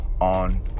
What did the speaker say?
on